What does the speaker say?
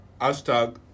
Hashtag